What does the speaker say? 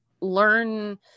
learn